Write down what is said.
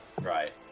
Right